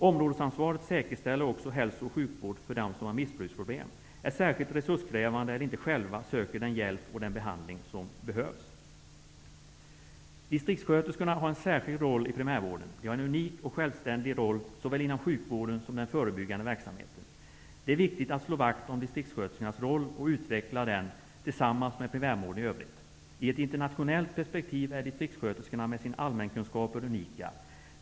Områdesansvaret säkerställer också hälso och sjukvård för dem som har missbruksproblem, som är särskilt resurskrävande eller som inte själva söker den hjälp och den behandling som behövs. Distriktssköterskorna har en särskild roll i primärvården. De har en unik och självständig roll såväl inom sjukvården som inom den förebyggande verksamheten. Det är viktigt att slå vakt om distriktssköterskornas roll och att utveckla den tillsammans med primärvården i övrigt. I ett internationellt perspektiv är distriktsköterskan med sina allmänkunskaper unik.